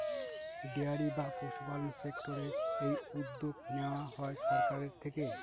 dairy বা পশুপালন সেক্টরের এই উদ্যোগ নেওয়া হয় সরকারের থেকে